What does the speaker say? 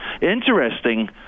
interesting